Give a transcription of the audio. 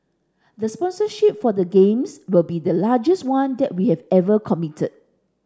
the sponsorship for the Games will be the largest one that we have ever committed